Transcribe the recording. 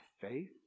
faith